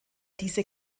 diese